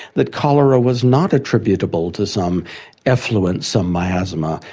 that cholera was not attributable to some effluence, some miasma,